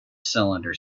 cylinder